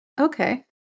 okay